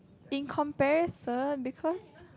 in comparison because